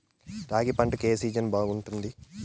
రాగి పంటకు, ఏ సీజన్ బాగుంటుంది?